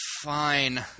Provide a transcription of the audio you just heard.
fine